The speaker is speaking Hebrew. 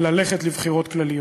ללכת לבחירות כלליות.